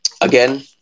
again